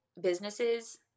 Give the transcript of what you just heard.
businesses